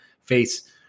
face